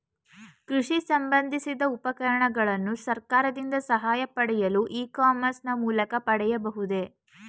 ಕೃಷಿ ಸಂಬಂದಿಸಿದ ಉಪಕರಣಗಳನ್ನು ಸರ್ಕಾರದಿಂದ ಸಹಾಯ ಪಡೆಯಲು ಇ ಕಾಮರ್ಸ್ ನ ಮೂಲಕ ಪಡೆಯಬಹುದೇ?